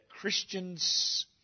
Christians